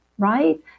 right